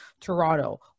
Toronto